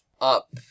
up